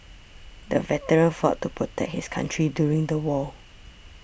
the veteran fought to protect his country during the war